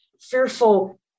fearful